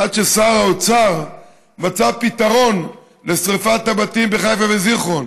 עד ששר האוצר מצא פתרון לשרפת הבתים בחיפה וזיכרון,